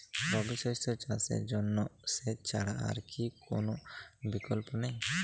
রবি শস্য চাষের জন্য সেচ ছাড়া কি আর কোন বিকল্প নেই?